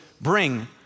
bring